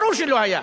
ברור שלא היה.